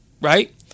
right